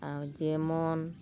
ᱡᱮᱢᱚᱱ